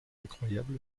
incroyable